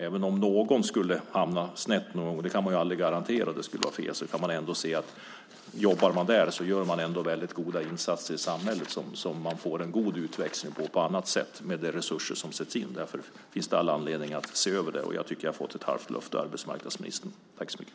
Även om någon skulle hamna snett - man kan ju aldrig garantera det - kan man hur som helst säga att personen gör väldigt goda insatser i samhället och att man får god utväxling av de resurser som sätts in. Därför finns det all anledning att se över det. Jag tycker att vi har fått ett halvt löfte av arbetsmarknadsministern här. Tack så mycket!